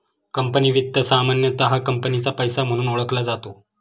company वित्त सामान्यतः कंपनीचा पैसा म्हणून ओळखला जातो